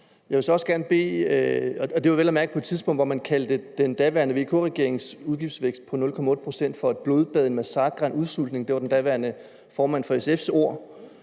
det var vel at mærke på et tidspunkt, hvor man kaldte den daværende VK-regerings udgiftsvækst på 0,8 pct. for et blodbad, en massakre og en udsultning. Det var den daværende formand for SF's ord.